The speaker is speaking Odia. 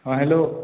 ହଁ ହ୍ୟାଲୋ